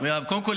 קודם כול,